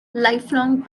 lifelong